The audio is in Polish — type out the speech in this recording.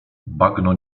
bagno